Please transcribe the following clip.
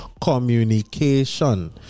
communication